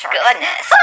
goodness